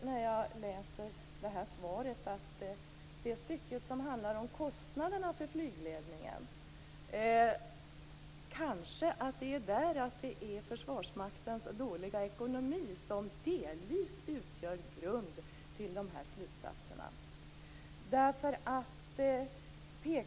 När jag läser det stycke i svaret som handlar om kostnaderna för flygledningen får jag intrycket att det kan vara Försvarsmaktens dåliga ekonomi som delvis utgör grunden till dessa slutsatser.